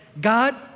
God